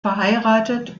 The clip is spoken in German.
verheiratet